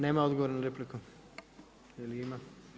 Nema odgovora na repliku ili ima?